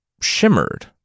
shimmered